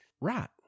Right